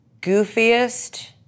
goofiest